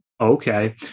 okay